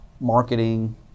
Marketing